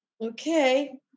okay